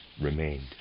remained